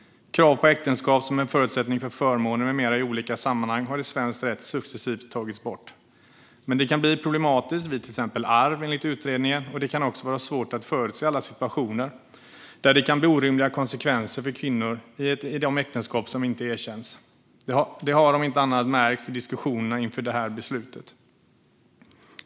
Krav på äktenskap som en förutsättning för förmåner med mera i olika sammanhang har i svensk rätt successivt tagits bort. Men det kan bli problematiskt vid till exempel arv, enligt utredningen. Det kan också vara svårt att förutse alla situationer där det kan bli orimliga konsekvenser för kvinnor i de äktenskap som inte erkänns. Det har om inte annat märkts i diskussionerna inför det här beslutet.